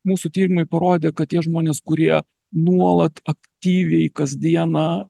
mūsų tyrimai parodė kad tie žmonės kurie nuolat aktyviai kasdieną